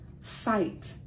sight